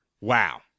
Wow